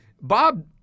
Bob